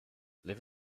live